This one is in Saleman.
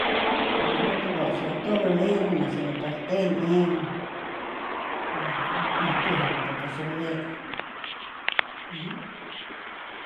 Aualoto baru suatolo lem masuni parten em maitua hakapapa soule'e.